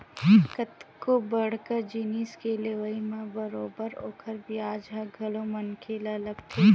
कतको बड़का जिनिस के लेवई म बरोबर ओखर बियाज ह घलो मनखे ल लगथे